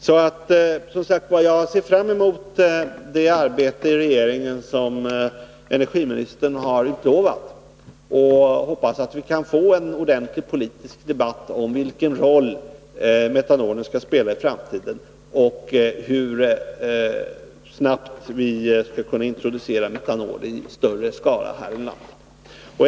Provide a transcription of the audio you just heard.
Jag ser som sagt fram emot det arbete inom regeringen som energiministern har utlovat. Jag hoppas att vi kan få en ordentlig politisk debatt om vilken roll metanolen skall spela i framtiden och om hur snabbt vi skall kunna introducera metanol i större skala här i landet.